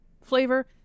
flavor